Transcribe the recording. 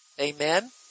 Amen